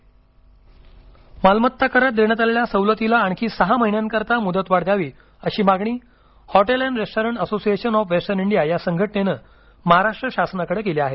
hotel चालक मालमत्ता करात देण्यात आलेल्या सवलतीला आणखी सहा महिन्यांकरिता मुदतवाढ द्यावी अशी मागणी hotel and restaurant association of western India या संघटनेनं महाराष्ट्र शासनाकडे केली आहे